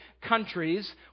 countries